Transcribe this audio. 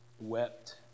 wept